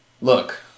Look